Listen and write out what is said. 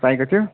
चाहिएको थियो